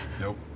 Nope